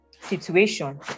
situation